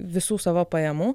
visų savo pajamų